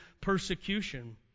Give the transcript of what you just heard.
persecution